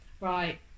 Right